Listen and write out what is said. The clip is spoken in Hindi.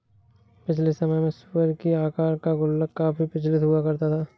पिछले समय में सूअर की आकार का गुल्लक काफी प्रचलित हुआ करता था